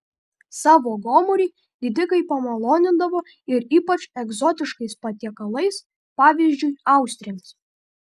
savo gomurį didikai pamalonindavo ir ypač egzotiškais patiekalais pavyzdžiui austrėmis